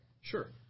Sure